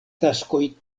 taskoj